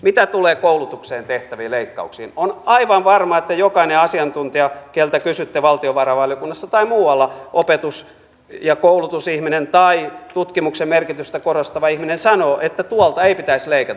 mitä tulee koulutukseen tehtäviin leikkauksiin niin on aivan varma että jokainen asiantuntija jolta kysytte valtiovarainvaliokunnassa tai muualla opetus ja koulutusihminen tai tutkimuksen merkitystä korostava ihminen sanoo että tuolta ei pitäisi leikata